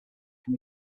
can